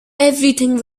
everything